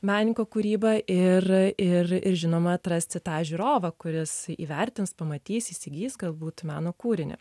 menininko kūrybą ir ir ir žinoma atrasti tą žiūrovą kuris įvertins pamatys įsigis galbūt meno kūrinį